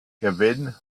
gewinn